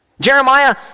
Jeremiah